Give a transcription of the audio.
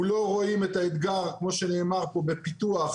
הוא לא רואה את האתגר, כמו שנאמר פה, בפיתוח